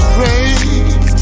raised